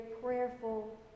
prayerful